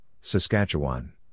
Saskatchewan